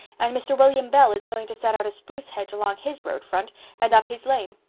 and mr. william bell is going to set out a spruce hedge along his road front and up his lane.